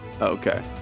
Okay